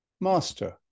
Master